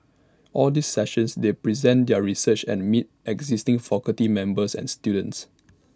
all these sessions they present their research and meet existing faculty members and students